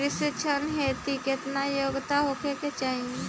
कृषि ऋण हेतू केतना योग्यता होखे के चाहीं?